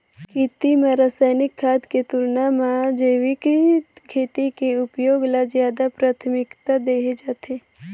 खेती म रसायनिक खाद के तुलना म जैविक खेती के उपयोग ल ज्यादा प्राथमिकता देहे जाथे